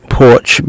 porch